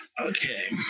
Okay